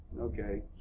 Okay